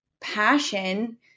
passion